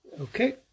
okay